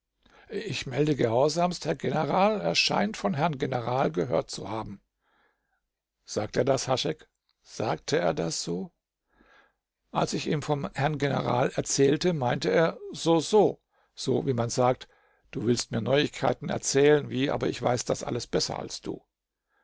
ich melde gehorsamst herr general er scheint von herrn general gehört zu haben sagte er das haschek sagte er das so als ich ihm vom herrn general erzählte meinte er so so so wie man sagt du willst mir neuigkeiten erzählen wie aber ich weiß das alles besser als du